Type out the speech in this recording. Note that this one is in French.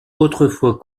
autrefois